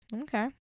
Okay